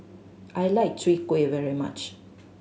I like Chwee Kueh very much